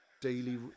daily